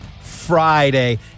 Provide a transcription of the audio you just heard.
friday